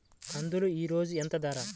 కందులు ఈరోజు ఎంత ధర?